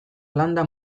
landa